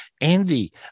Andy